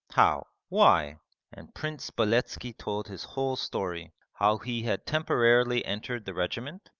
how? why and prince beletski told his whole story how he had temporarily entered the regiment,